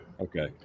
Okay